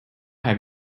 have